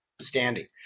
standing